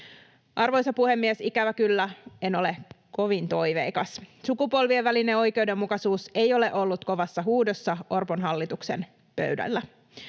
Arvoisa puhemies! Ikävä kyllä en ole kovin toiveikas. Sukupolvien välinen oikeudenmukaisuus ei ole ollut kovassa huudossa Orpon hallituksen pöydällä.